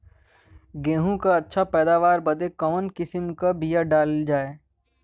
गेहूँ क अच्छी पैदावार बदे कवन किसीम क बिया डाली जाये?